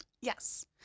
Yes